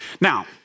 Now